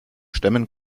stemmen